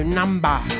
number